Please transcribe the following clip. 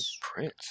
prince